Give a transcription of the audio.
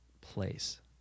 place